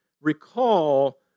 recall